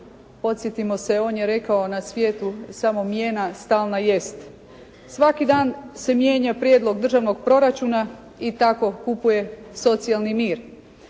podsjetimo se on je rekao "na svijetu samo mijena stalna jest". Svaki dan se prijedlog državnog proračuna i tako kupuje socijalni mir.